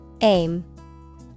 Aim